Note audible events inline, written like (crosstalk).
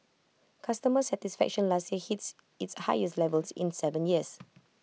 customer satisfaction last (unintelligible) hit its highest levels in Seven years